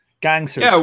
gangsters